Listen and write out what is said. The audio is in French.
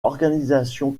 organisation